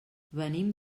venim